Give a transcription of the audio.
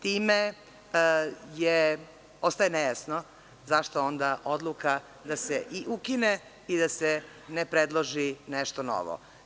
Time ostaje nejasno zašto onda odluka da se ukine i da se ne predloži nešto novo.